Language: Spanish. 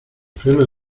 freno